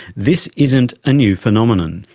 this isn't a new phenomenon,